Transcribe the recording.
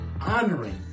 honoring